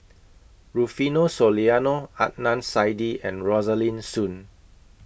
Rufino Soliano Adnan Saidi and Rosaline Soon